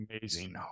amazing